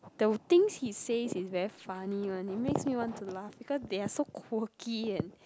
the things he says is very funny one it makes you want to laugh because they are so quirky and